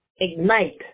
ignite